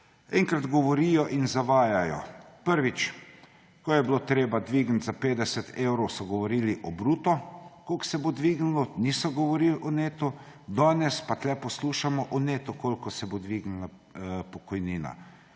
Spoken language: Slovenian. kolegi govorijo in zavajajo. Prvič. Ko je bilo treba dvigniti za 50 evrov, so govorili o bruto, koliko se bo dvignilo, niso govorili o netu, danes pa tukaj poslušamo o netu, koliko se bo dvignila pokojnina.